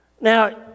now